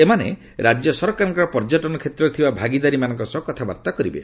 ଏମାନେ ରାଜ୍ୟ ସରକାରଙ୍କର ପର୍ଯ୍ୟଟନ କ୍ଷେତ୍ରରେ ଥିବା ଭାଗିଦାରୀମାନଙ୍କ ସହ କଥାବାର୍ତ୍ତା କରିବେ